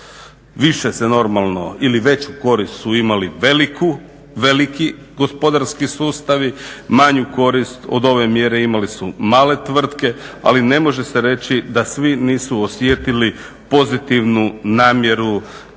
Više se normalno ili veću korist su imali veliki gospodarski sustavi, manji korist od ove mjere imale su male tvrtke, ali ne može se reći da svi nisu osjetili pozitivnu namjeru